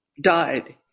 died